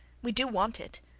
we do want it.